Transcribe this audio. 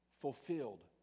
Fulfilled